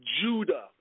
Judah